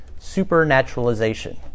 supernaturalization